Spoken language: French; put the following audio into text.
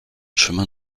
chemin